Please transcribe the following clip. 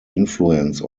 influence